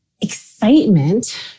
excitement